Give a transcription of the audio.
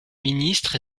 ministre